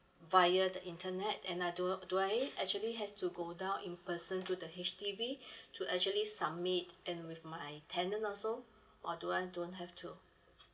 via the internet and I do do I actually has to go down in person to the H_D_B to actually submit in with my tenant also or do I don't have to